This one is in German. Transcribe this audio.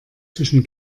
zwischen